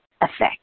effect